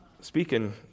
speaking